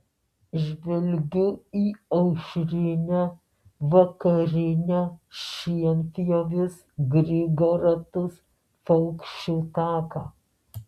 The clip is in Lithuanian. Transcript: žvelgiu į aušrinę vakarinę šienpjovius grigo ratus paukščių taką